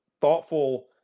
thoughtful